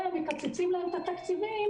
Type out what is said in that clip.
וגם מקצצים להם את התקציבים,